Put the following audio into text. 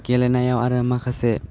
गेलेनायाव आरो माखासे